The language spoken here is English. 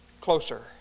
closer